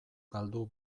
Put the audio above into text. galdu